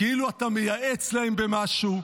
כאילו אתה מייעץ להם במשהו.